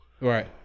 Right